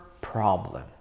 problem